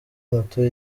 moto